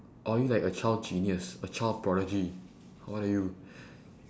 or are you like a child genius a child prodigy who are you